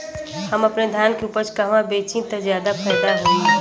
हम अपने धान के उपज कहवा बेंचि त ज्यादा फैदा होई?